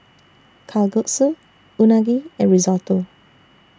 Kalguksu Unagi and Risotto